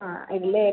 ആ ഇല്ല